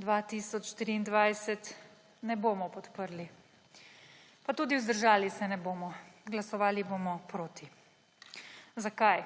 2023 ne bomo podprli. Pa tudi vzdržali se ne bomo, glasovali bomo proti. Zakaj?